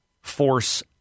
force